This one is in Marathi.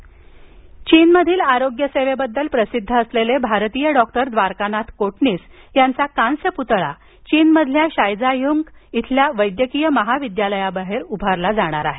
कोटणीस चीनमधील आरोग्यसेवेबद्दल प्रसिद्ध असलेले भारतीय डॉक्टर द्वारकानाथ कोटणीस यांचा कांस्य पुतळा चीनमधील शायजाझुंग इथल्या वैद्यकीय महाविद्यालयाबाहेर उभारला जाणार आहे